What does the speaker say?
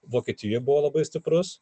vokietijai buvo labai stiprus